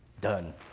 done